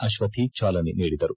ಅಶ್ವಥಿ ಜಾಲನೆ ನೀಡಿದರು